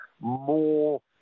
more